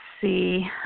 see